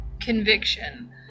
conviction